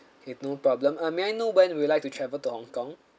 okay no problem uh may I know when would you like to travel to Hong-Kong